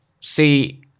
see